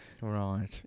Right